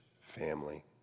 family